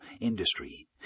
industry